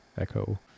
echo